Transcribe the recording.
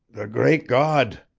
the great god!